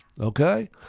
okay